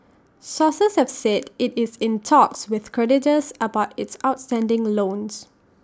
sources have said IT is in talks with creditors about its outstanding loans